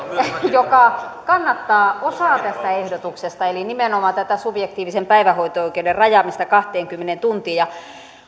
joka kannattaa osaa tästä ehdotuksesta eli nimenomaan tätä subjektiivisen päivähoito oikeuden rajaamista kahteenkymmeneen tuntiin